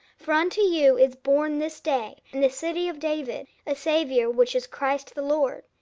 for unto you is born this day, in the city of david, a saviour, which is christ the lord.